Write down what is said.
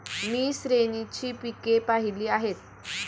मी श्रेणीची पिके पाहिली आहेत